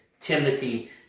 Timothy